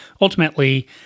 ultimately